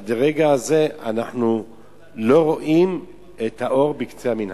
שעד לרגע זה אנחנו לא רואים את האור בקצה המנהרה.